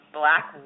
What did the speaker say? black